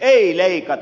ei leikata